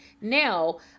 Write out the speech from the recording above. now